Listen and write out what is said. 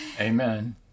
Amen